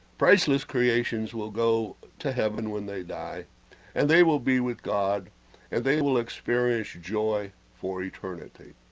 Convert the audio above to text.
priceless creations will go to heaven when they die and they will be with god and they will experience joy for eternity